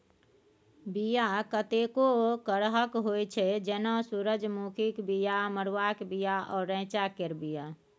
बीया कतेको करहक होइ छै जेना सुरजमुखीक बीया, मरुआक बीया आ रैंचा केर बीया